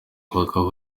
bakaba